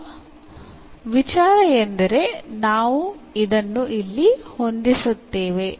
ಈಗ ವಿಚಾರ ಎಂದರೆ ನಾವು ಇದನ್ನು ಇಲ್ಲಿ ಹೊಂದಿಸುತ್ತೇವೆ